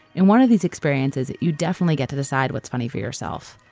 and one of these experiences that you definitely get to decide what's funny for yourself,